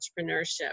entrepreneurship